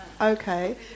Okay